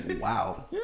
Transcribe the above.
wow